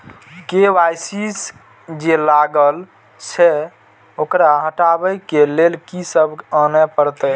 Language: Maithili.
के.वाई.सी जे लागल छै ओकरा हटाबै के लैल की सब आने परतै?